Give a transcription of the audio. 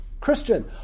Christian